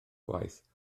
gwaith